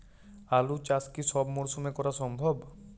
আলু চাষ কি সব মরশুমে করা সম্ভব?